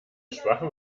schwachem